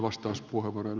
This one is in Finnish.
arvoisa puhemies